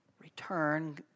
Return